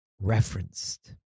referenced